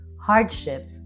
hardship